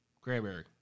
cranberry